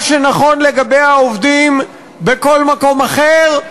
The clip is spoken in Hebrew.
מה שנכון לגבי העובדים בכל מקום אחר,